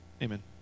Amen